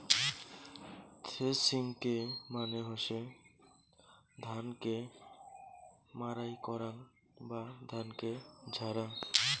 থ্রেশিংকে মানে হসে ধান কে মাড়াই করাং বা ধানকে ঝাড়া